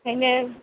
ओंखायनो